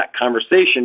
conversation